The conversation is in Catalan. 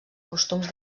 costums